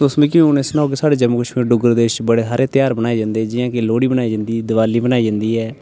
तुस मिगी हून एह् सनाओ की साढ़े जम्मू कश्मीर डुग्गर देश च बड़े हारे ध्यार बनाये जन्दे जि'यां कि लोह्ड़ी बनाई जन्दी दिवाली बनाई जन्दी ऐ